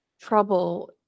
trouble